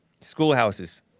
Schoolhouses